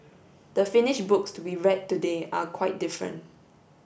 the finished books we read today are quite different